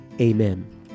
amen